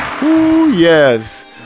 Yes